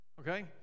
Okay